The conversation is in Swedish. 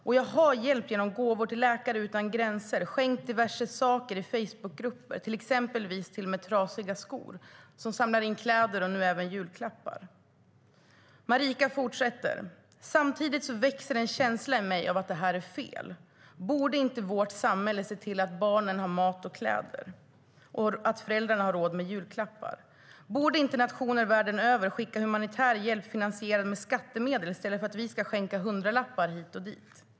Och jag har hjälpt genom gåvor till Läkare Utan Gränser, skänkt diverse saker i Facebookgrupper, exempelvis till och med trasiga skor, som samlar in kläder och nu även julklappar. Marika fortsätter: - Samtidigt växer en känsla i mig av att det här är fel. Borde inte vårt samhälle se till att barnen har mat och kläder och att föräldrarna har råd med julklappar? Borde inte nationer världen över skicka humanitär hjälp finansierad med skattemedel i stället för att vi ska skänka hundralappar hit och dit?